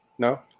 No